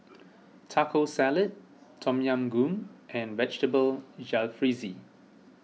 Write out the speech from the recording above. Taco Salad Tom Yam Goong and Vegetable Jalfrezi